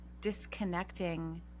disconnecting